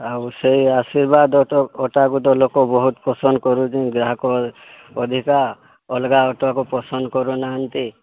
ଆଉ ସେହି ଆଶ୍ରିବାଦ ଅଟାକୁ ତ ଲୋକ ବହୁତ ପସନ୍ଦ କରୁଛନ୍ତି ଗ୍ରାହକ ଅଧିକା ଅଲଗା ଅଟାକୁ ପସନ୍ଦ କରୁନାହାଁନ୍ତି